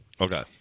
Okay